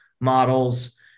models